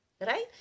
Right